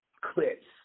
clips